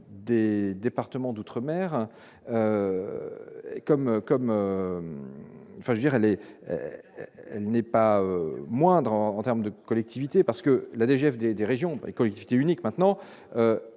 des départements d'outre-mer et comme comme ça, je dirais les elle n'est pas. Moindre en terme de collectivité, parce que la DGF des des régions et collectivités uniques, maintenant